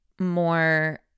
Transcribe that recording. more